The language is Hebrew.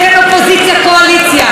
יש כאן חברה ישראלית,